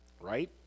Right